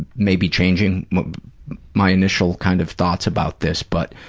maybe changing my initial kind of thoughts about this, but.